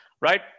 Right